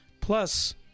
Plus